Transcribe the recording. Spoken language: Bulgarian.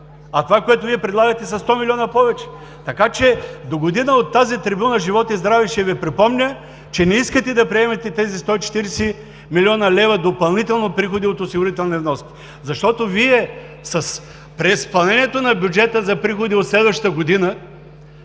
А това, което Вие предлагате, са 100 милиона повече, така че догодина от тази трибуна, живот и здраве, ще Ви припомня, че не искате да приемете тези 140 млн. лв. допълнително приходи от осигурителни вноски. Защото Вие с преизпълнението на бюджета за приходи от следващата година